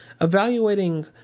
evaluating